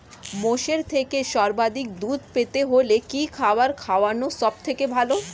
মোষের থেকে সর্বাধিক দুধ পেতে হলে কি খাবার খাওয়ানো সবথেকে ভালো?